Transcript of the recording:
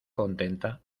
contenta